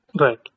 Right